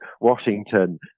Washington